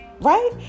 Right